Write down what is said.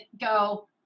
go